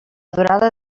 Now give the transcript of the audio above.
durada